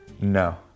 No